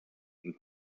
and